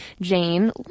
Jane